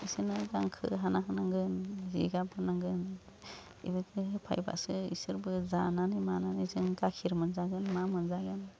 इसोरनो गांखो हाना होनांगोन जिगाब होनांगोन इफोरखौ होफायोबासो इसोरबो जानानै मानानै जों गाखिर मोनजागोन मा मोनजागोन